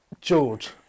George